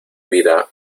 vida